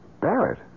Barrett